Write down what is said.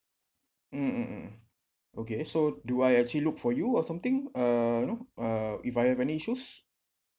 mm mm mm mm okay so do I actually look for you or something uh you know uh if I have any issues